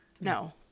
no